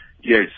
Yes